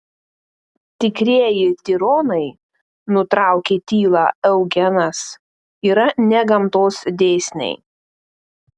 tikrieji tironai nutraukė tylą eugenas yra ne gamtos dėsniai